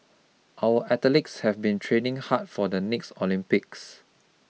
our athletes have been training hard for the next Olympics